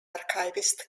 archivist